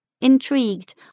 Intrigued